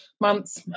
Months